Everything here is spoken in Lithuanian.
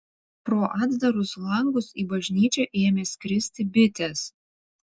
pro atdarus langus į bažnyčią ėmė skristi bitės